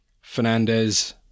Fernandez